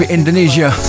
Indonesia